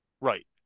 Right